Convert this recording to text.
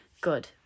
Good